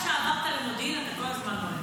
מאז שעברת למודיעין אתה כל הזמן נואם,